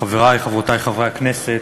חברי וחברותי חברי הכנסת,